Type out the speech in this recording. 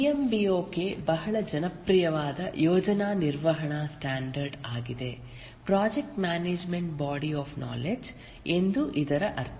PM B OK ಬಹಳ ಜನಪ್ರಿಯವಾದ ಯೋಜನಾ ನಿರ್ವಹಣಾ ಸ್ಟ್ಯಾಂಡರ್ಡ್ ಆಗಿದೆ project management body of knowledge ಎಂದು ಇದರ ಅರ್ಥ